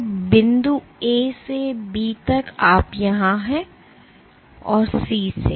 तो बिंदु A से B तक आप यहाँ हैं और C से